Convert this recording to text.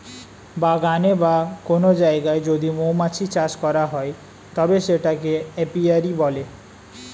বাগানে বা কোন জায়গায় যদি মৌমাছি চাষ করা হয় তবে সেটাকে এপিয়ারী বলে